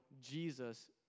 Jesus